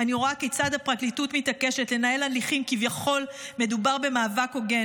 אני רואה כיצד הפרקליטות מתעקשת לנהל הליכים כביכול כשמדובר במאבק הוגן.